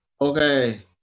Okay